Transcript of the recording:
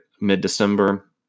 mid-december